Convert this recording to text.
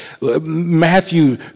Matthew